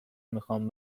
میخوام